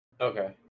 Okay